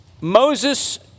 Moses